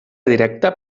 directa